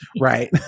right